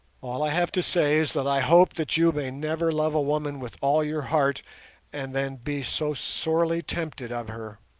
all i have to say is that i hope that you may never love a woman with all your heart and then be so sorely tempted of her